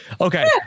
okay